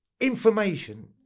Information